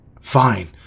Fine